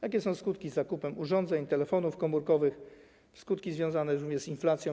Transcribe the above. Jakie są skutki zakupu urządzeń, telefonów komórkowych, skutki związane również z inflacją?